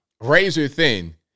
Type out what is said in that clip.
Razor-thin